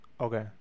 Okay